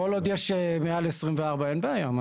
כל עוד יש מעל 24, אין בעיה.